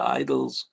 idols